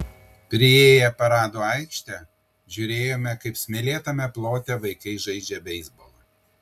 priėję paradų aikštę žiūrėjome kaip smėlėtame plote vaikai žaidžia beisbolą